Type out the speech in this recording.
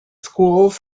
schools